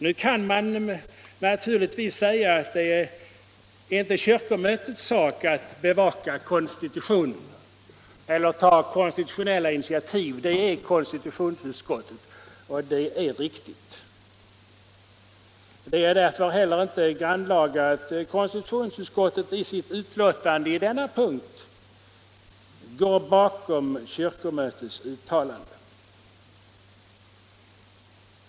Nu kan man naturligtvis säga att det inte är kyrkomötets sak att bevaka konstitutionen eller ta konstitutionella initiativ. Det är konstitutionsutskottets sak. Det är därför inte heller grannlaga att konstitutionsutskottet i sitt betänkande på denna punkt går bakom kyrkomötets uttalande.